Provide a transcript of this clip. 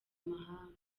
mahanga